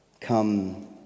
Come